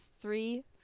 Three